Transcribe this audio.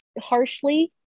harshly